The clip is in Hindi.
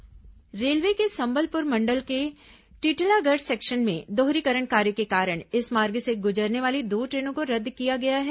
ट्रेन परिचालन प्रभावित रेलवे के संबलपुर मंडल के टिटलागढ़ सेक्शन में दोहरीकरण कार्य के कारण इस मार्ग से गुजरने वाली दो ट्रेनों को रद्द किया गया है